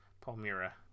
palmyra